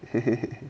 嘿嘿